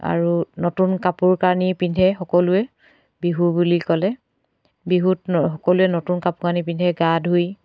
আৰু নতুন কাপোৰ কানি পিন্ধে সকলোৱে বিহু বুলি ক'লে বিহুত সকলোৱে নতুন কাপোৰ কানি পিন্ধে গা ধুই